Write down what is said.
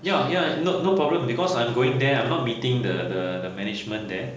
ya ya n~ no problem because I'm going there I'm not meeting the management there